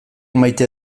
maite